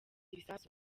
ibisasu